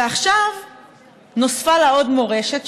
ועכשיו נוספה עליה עוד מורשת,